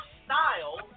style